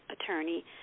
attorney